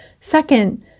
Second